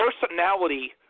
personality